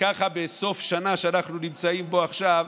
וככה בסוף השנה שאנחנו נמצאים בה עכשיו,